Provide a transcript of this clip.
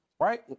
right